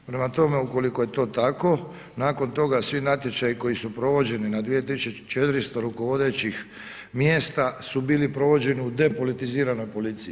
Prema tome, ukoliko je to tako, nakon toga, svi natječaji koji su provođeni na 2400 rukovodećih mjesta, su bili provođeni u depolitiziranoj policiji.